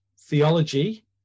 theology